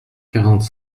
quarante